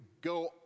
go